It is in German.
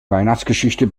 weihnachtsgeschichte